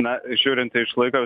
na žiūrint iš laiko